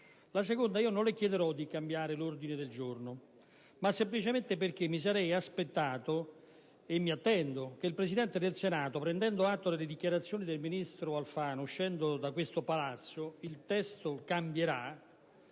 In secondo luogo, non le chiederò di cambiare l'ordine del giorno, semplicemente perché mi sarei aspettato, e mi attendo, che il Presidente del Senato, prendendo atto delle dichiarazioni rese dal ministro Alfano uscendo da questo Palazzo («il testo cambierà»),